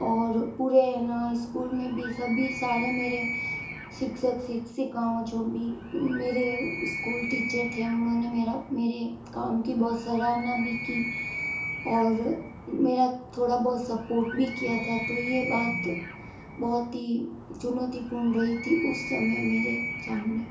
और पूरे ना स्कूल में भी सभी सारे मेरे शिक्षक शिक्षिकाओं जो भी मेरे स्कूल टीचर थे उन्होंने मेरा मेरे काम की बहुत सरहाना भी की और मेरा थोड़ा बहुत सपोर्ट भी किया था तो ये बात बहुत ही चुनौतीपूर्ण रही थी उस समय मेरे सामने